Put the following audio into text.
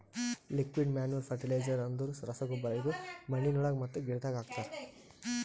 liquid manure fertiliser ಅಂದುರ್ ರಸಗೊಬ್ಬರ ಇದು ಮಣ್ಣಿನೊಳಗ ಮತ್ತ ಗಿಡದಾಗ್ ಹಾಕ್ತರ್